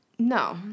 No